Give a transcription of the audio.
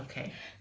okay